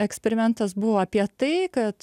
eksperimentas buvo apie tai kad